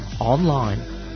online